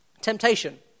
temptation